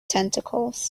tentacles